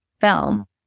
film